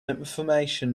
information